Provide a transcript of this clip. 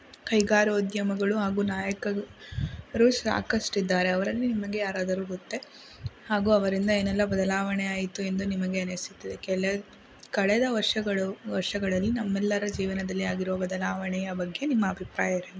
ಕೈಗಾರಿಕೋದ್ಯಮಗಳು ಹಾಗೂ ನಾಯಕರು ರು ಸಾಕಷ್ಟಿದ್ದಾರೆ ಅವರಲ್ಲಿ ನಿಮಗೆ ಯಾರಾದರೂ ಗೊತ್ತೇ ಹಾಗೂ ಅವರಿಂದ ಏನೆಲ್ಲ ಬದಲಾವಣೆ ಆಯಿತು ಎಂದು ನಿಮಗೆ ಅನ್ನಿಸುತ್ತದೆ ಕೆಲ ಕಳೆದ ವರ್ಷಗಳು ವರ್ಷಗಳಲ್ಲಿ ನಮ್ಮೆಲ್ಲರ ಜೀವನದಲ್ಲಿ ಆಗಿರುವ ಬದಲಾವಣೆಯ ಬಗ್ಗೆ ನಿಮ್ಮ ಅಭಿಪ್ರಾಯವೇನು